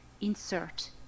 insert